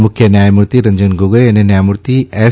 મુખ્ય ન્યાયમૂર્તિ રંજન ગોગોઇ અને ન્યાયમૂર્તિ એસ